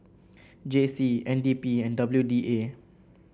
J C N D P and W D A